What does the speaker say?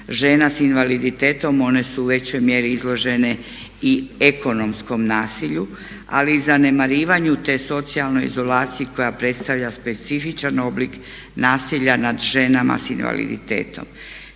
žena s invaliditetom one su u većoj mjeri izložene i ekonomskom nasilju ali i zanemarivanju te socijalnoj izolaciji koja predstavlja specifičan oblik nasilja nad ženama s invaliditetom.